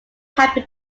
happen